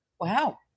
Wow